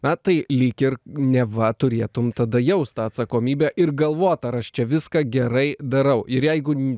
na tai lyg ir neva turėtum tada jaust tą atsakomybę ir galvot ar aš čia viską gerai darau ir jeigu